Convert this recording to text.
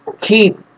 keep